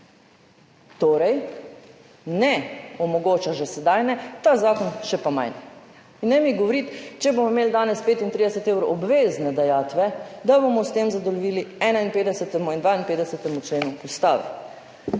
Torej ne omogoča, že sedaj ne, ta zakon še pa manj. In ne mi govoriti, če bomo imeli danes 35 evrov obvezne dajatve, da bomo s tem zadovoljili 51. in 52. členu Ustave.